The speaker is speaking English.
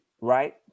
right